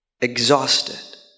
exhausted